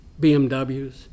BMWs